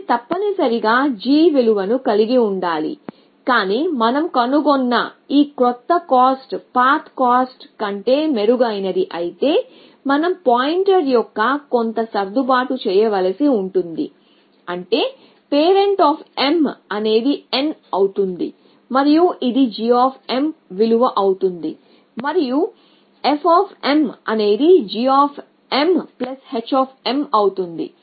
ఇది తప్పనిసరిగా g విలువను కలిగి ఉండాలి కాని మనం కనుగొన్న ఈ క్రొత్త కాస్ట్ పాత కాస్ట్ కంటే మెరుగైనది అయితే మనం పాయింటర్ యొక్క కొంత సర్దుబాటు చేయవలసి ఉంటుంది అంటే parent అనేది n అవుతుంది మరియు ఇది g విలువ అవుతుంది మరియు f అనేది gh అవుతుంది